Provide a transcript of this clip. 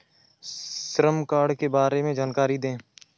श्रम कार्ड के बारे में जानकारी दें?